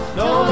no